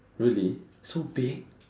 really so big